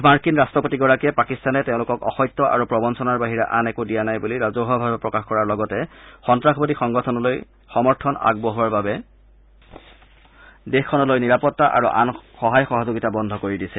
মাৰ্কিন ৰাট্টপতিগৰাকীয়ে পাকিস্তানে তেওঁলোকক অসত্য আৰু প্ৰবঞ্ণনাৰ বাহিৰে আন একো দিয়া নাই বুলি ৰাজহুৱাভাৱে প্ৰকাশ কৰাৰ লগতে সন্ত্ৰাসবাদী সংগঠনলৈ সমৰ্থন আগবঢ়োৱাৰ বাবে দেশখনলৈ নিৰাপত্তা আৰু আন সহায় সহযোগিতা বন্ধ কৰি দিছে